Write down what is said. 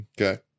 Okay